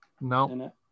No